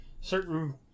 certain